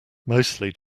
mostly